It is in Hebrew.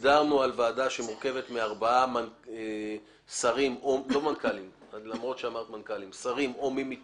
הגדרנו ועדה שמורכבת מארבעה שרים או מי מטעמם.